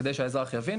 כדי שהאזרח יבין.